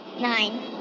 Nine